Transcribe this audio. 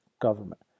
government